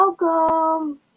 Welcome